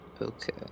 okay